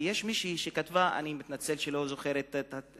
יש מישהי שכתבה, אני מתנצל שאני לא זוכר את השם,